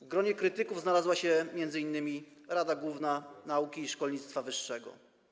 W gronie krytyków znalazła się m.in. Rada Główna Nauki i Szkolnictwa Wyższego.